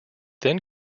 then